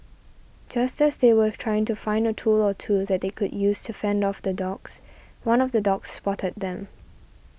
just as they were trying to find a tool or two that they could use to fend off the dogs one of the dogs spotted them